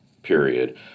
period